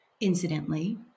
Incidentally